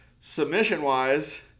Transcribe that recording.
submission-wise